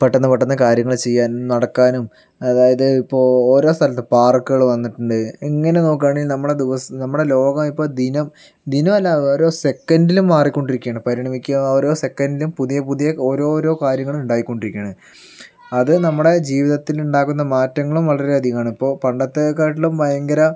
പെട്ടെന്ന് പെട്ടെന്ന് കാര്യങ്ങള് ചെയ്യാനും നടക്കാനും അതായത് ഇപ്പോൾ ഓരോ സ്ഥലത്തും പാർക്കുകള് വന്നിട്ടുണ്ട് ഇങ്ങനെ നോക്കുവാണെൽ നമ്മുടെ ദിവസം നമ്മുടെ ലോകം ഇപ്പം ദിനം ദിനമല്ല ഓരോ സെക്കന്റിലും മാറിക്കൊണ്ടിരിക്കുവാണ് പരിണമിക്കുക ഓരോ സെക്കന്റിലും പുതിയ പുതിയ ഓരോ ഓരോ കാര്യങ്ങള് ഉണ്ടായികൊണ്ടിരിക്കുവാണ് അത് നമ്മുടെ ജീവിതത്തിനുണ്ടാക്കുന്ന മാറ്റങ്ങളും വളരെയധികമാണ് ഇപ്പോൾ പണ്ടത്തേക്കാട്ടിലും ഭയങ്കര